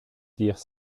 dire